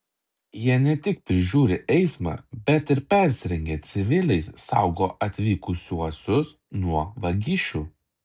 jie ne tik prižiūri eismą bet ir persirengę civiliais saugo atvykusiuosius nuo vagišių